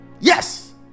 Yes